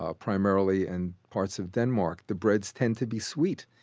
ah primarily, and parts of denmark. the breads tend to be sweet,